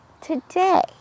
today